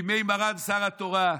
בימי מרן שר התורה,